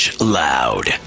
Loud